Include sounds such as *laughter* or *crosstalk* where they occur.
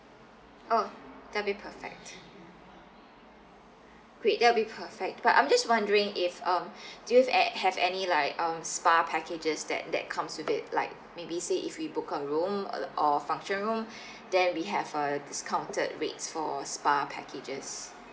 oh that'll be perfect great that'll be perfect but I'm just wondering if um *breath* do you have eh have any like um spa packages that that comes with it like maybe say if we book a room or or function room *breath* then we have a discounted rates for spa packages